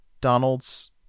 donald's